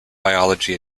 biology